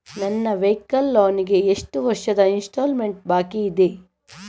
ನನ್ನ vehicle loan ಗೆ ಎಷ್ಟು ವರ್ಷದ ಇನ್ಸ್ಟಾಲ್ಮೆಂಟ್ ಬಾಕಿ ಇದೆ?